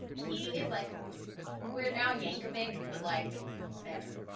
he is like weird al yankovic, but like better